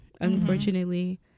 Unfortunately